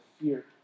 fear